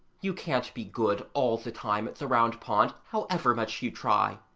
you can't be good all the time at the round pond, however much you try.